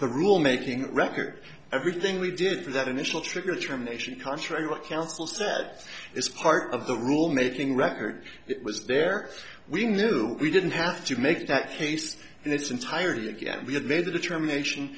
the rule making record everything we did for that initial trigger terminations contrary what councils that is part of the rule making record it was there we knew we didn't have to make that case in its entirety again we had made the determination